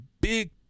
big